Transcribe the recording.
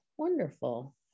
Wonderful